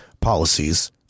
policies